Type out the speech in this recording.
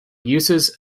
uses